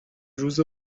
روز